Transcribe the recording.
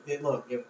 look